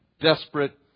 desperate